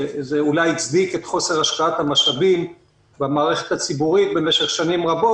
וזה אולי הצדיק את חוסר השקעת המשאבים במערכת הציבורית במשך שנים רבות.